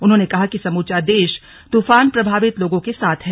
उन्होंने कहा कि समूचा देश तूफान प्रभावित लोगों के साथ है